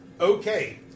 Okay